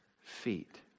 feet